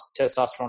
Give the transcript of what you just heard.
testosterone